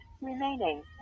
remaining